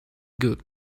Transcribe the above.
good